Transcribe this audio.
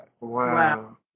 Wow